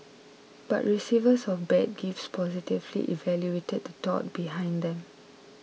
but receivers of bad gifts positively evaluated the thought behind them